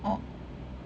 orh